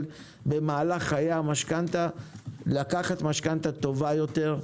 במהלך חיי המשכנתא לקחת משכנתא טובה יותר.